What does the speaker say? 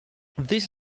this